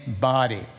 body